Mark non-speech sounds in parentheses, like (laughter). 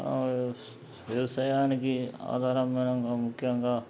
వ్యవసాయానికి (unintelligible) ముఖ్యంగా